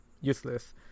useless